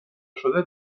نشده